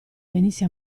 venisse